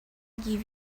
give